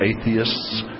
Atheists